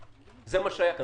זה מה שהיה כאן.